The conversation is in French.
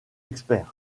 experts